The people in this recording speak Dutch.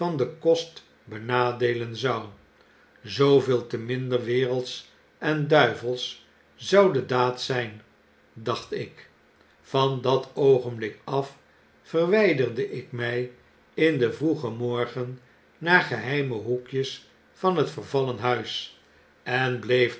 den kost benadeelen zou zooveel te minder wereldsch en duivelsch zou de daad zyn dacht ik van dat oogenblik af verwyderde ik mij in den vroegen morgen naar geheime hoekjes van het vervallen huis en bleef